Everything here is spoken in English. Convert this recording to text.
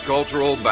Cultural